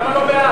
למה לא בעד?